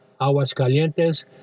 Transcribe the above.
Aguascalientes